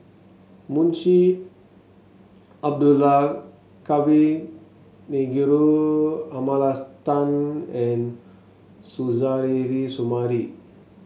Munshi Abdullah Kavignareru Amallathasan and Suzairhe Sumari